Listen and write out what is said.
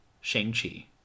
Shang-Chi